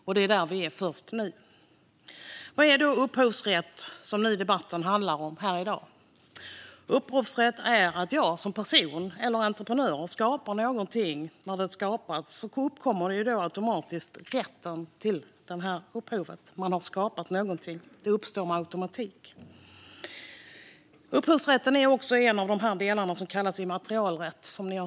Men vi är alltså där först nu. Vad är då upphovsrätt? Jo, om någon skapar något får den per automatik upphovsrätten till det den skapat. Som ni hört tidigare i dag ingår upphovsrätten i immaterialrätten.